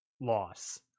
loss